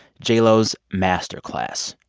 j lo's master class.